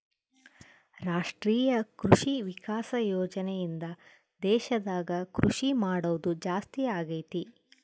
ರಾಷ್ಟ್ರೀಯ ಕೃಷಿ ವಿಕಾಸ ಯೋಜನೆ ಇಂದ ದೇಶದಾಗ ಕೃಷಿ ಮಾಡೋದು ಜಾಸ್ತಿ ಅಗೈತಿ